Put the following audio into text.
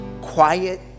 quiet